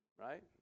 Right